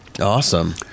awesome